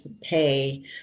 pay